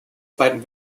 zweiten